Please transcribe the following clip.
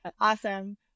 Awesome